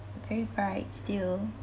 very bright still